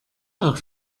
auch